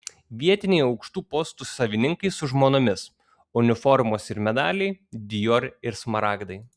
vietiniai aukštų postų savininkai su žmonomis uniformos ir medaliai dior ir smaragdai